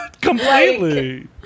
completely